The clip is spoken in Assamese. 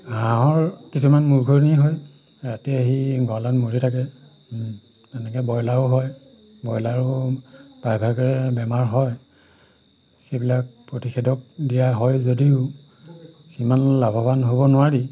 হাঁহৰ কিছুমান মূৰঘুৰণি হয় ৰাতি আহি গঁড়ালত মৰি থাকে তেনেকে ব্ৰইলাৰৰো হয় ব্ৰইলাৰৰো প্ৰায়ভাগৰে বেমাৰ হয় সেইবিলাক প্ৰতিষেধক দিয়া হয় যদিও সিমান লাভৱান হ'ব নোৱাৰি